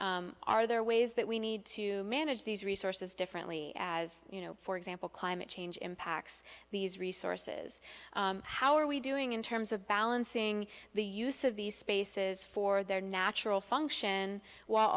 are there ways that we need to manage these resources differently as you know for example climate change impacts these resources how are we doing in terms of balancing the use of these spaces for their natural function w